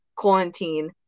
quarantine